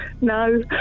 no